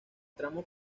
tramo